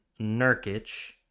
Nurkic